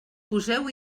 poseu